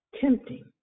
tempting